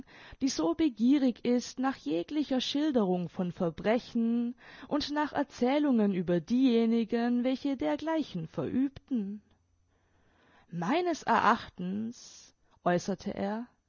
die so begierig ist nach jeglicher schilderung von verbrechen und nach erzählungen über diejenigen welche dergleichen verübten meines erachtens äußerte er